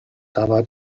dabei